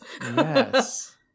Yes